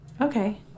Okay